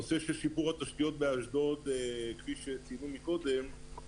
כפי שציינו קודם,